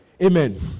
Amen